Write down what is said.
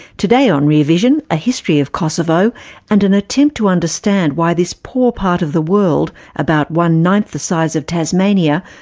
today on rear vision, a history of kosovo and an attempt to understand why this poor part of the world, about one-ninth the size of tasmania,